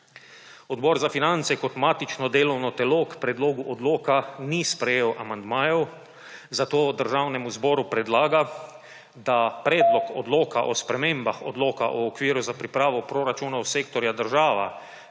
Odbor za finance kot matično delovno telo k predlogu odloka ni sprejel amandmajev, zato Državnemu zboru predlaga, da Predlog odloka o spremembah odloka o okviru za pripravo proračunov sektorja država